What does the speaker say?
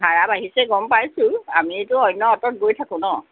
ভাড়া বাঢ়িছে গম পাইছোঁ আমিতো অন্য অট'ত গৈ থাকোঁ ন'